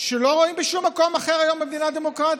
שלא רואים היום בשום מקום אחר במדינה דמוקרטית.